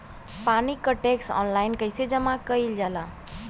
पानी क tax online कईसे जमा कईल जाला?